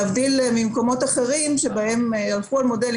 להבדיל ממקומות אחרים בהם הלכו על מודלים